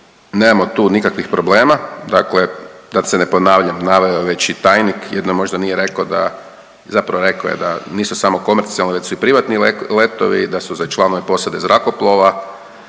nemamo tu nikakvih problema, dakle da se ne ponavljam, naveo je već i tajnik, jedino možda nije rekao da, zapravo rekao je da nisu samo komercijalni već su i privatni letovi i da su za članove posade zrakoplova,